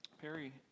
Perry